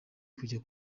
kujya